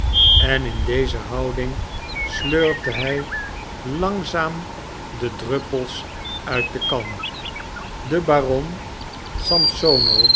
en in deze houding slurpte hij langzaam de druppels uit de kan de baron